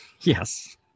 Yes